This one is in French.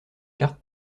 cartes